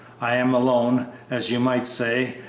i am alone, as you might say,